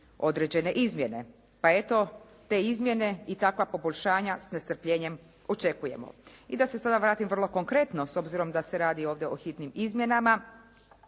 određene izmjene. Pa eto te izmjene i takva poboljšanja s nestrpljenjem očekujemo. I da se sada vratim vrlo konkretno s obzirom da se radi ovdje o hitnim izmjenama